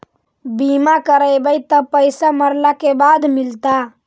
बिमा करैबैय त पैसा मरला के बाद मिलता?